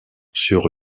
sur